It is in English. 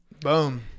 Boom